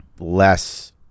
less